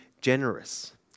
generous